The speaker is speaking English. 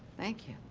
thank you.